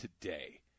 today